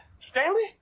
Stanley